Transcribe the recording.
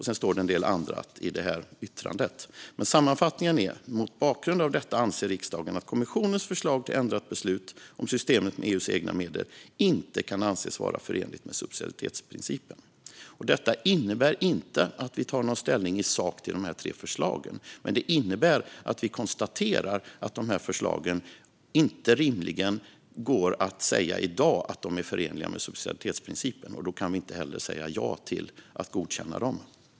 Sedan står det en del annat i yttrandet, men sammanfattningen är följande: "Mot bakgrund av detta anser riksdagen att kommissionens förslag till ändrat beslut om systemet för EU:s egna medel inte kan anses vara förenligt med subsidiaritetsprincipen." Detta innebär inte att vi tar ställning i sak till de tre förslagen, men det innebär att vi konstaterar att det inte rimligen går att säga i dag att förslagen är förenliga med subsidiaritetsprincipen. Då kan vi inte heller säga ja till att godkänna dem.